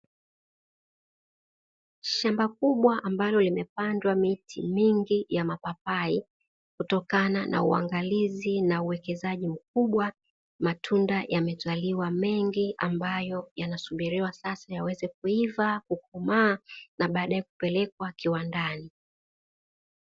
Shamba kubwa ambalo limepadwa miti mingi ya mapapai, kutokana na uangalizi na uwekezaji mkubwa matunda yamezaliwa mengi ambayo yanasubiliwa sasa yaweze kuiva, kukomaa na baadae kupelekwa kiwandani.